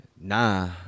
nah